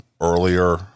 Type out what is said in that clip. earlier